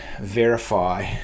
verify